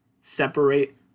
Separate